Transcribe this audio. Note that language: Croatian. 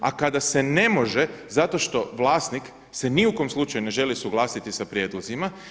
A kada se ne može zato što vlasnik se ni u kojem slučaju ne želi suglasiti sa prijedlozima.